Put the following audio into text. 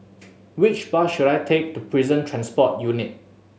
which bus should I take to Prison Transport Unit